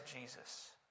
Jesus